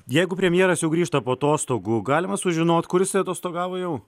jeigu premjeras jau grįžta po atostogų galima sužinot kur jis atostogavo jau